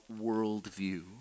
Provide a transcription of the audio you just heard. worldview